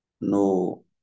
No